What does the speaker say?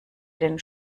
den